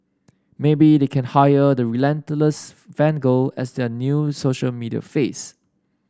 maybe they can hire the relentless fan girl as their new social media face